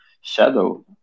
shadow